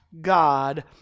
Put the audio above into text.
God